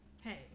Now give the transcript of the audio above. Hey